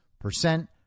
percent